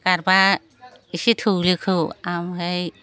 गारबा एसे थौलेखौ आमफाय